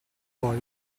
poi